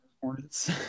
hornets